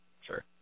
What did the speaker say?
Sure